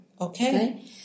Okay